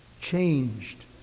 changed